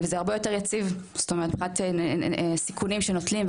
וזה הרבה יותר יציב זאת אומרת מבחינת סיכונים שנוטלים,